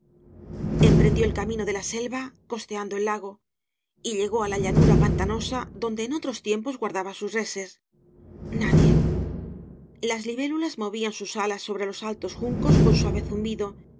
ibáñez el camino de la eelva costeando el lago y llegó á la llanura pantanosa donde en otros tiempos guardaba sus reses nadie las libélulas movían sus alas sobre los altos juntos con suave zumbido